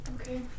Okay